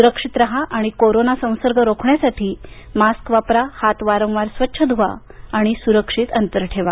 सुरक्षित राहा आणि कोरोना संसर्ग रोखण्यासाठी मास्क वापरा हात वारंवार स्वच्छ धुवा सुरक्षित अंतर ठेवा